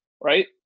right